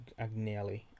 Agnelli